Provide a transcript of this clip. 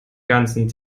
ganzen